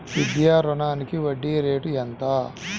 విద్యా రుణానికి వడ్డీ రేటు ఎంత?